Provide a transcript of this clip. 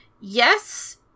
yes